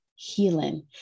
healing